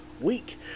week